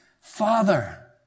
father